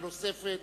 שאלה נוספת.